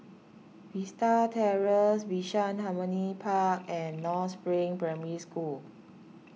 Vista Terrace Bishan Harmony Park and North Spring Primary School